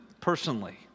personally